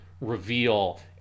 Reveal